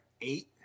eight